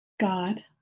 God